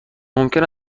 ممکن